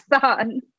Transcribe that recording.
son